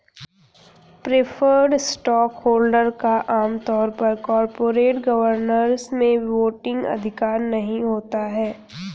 preferred stockholder का आम तौर पर कॉरपोरेट गवर्नेंस में वोटिंग अधिकार नहीं होता है